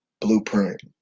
blueprint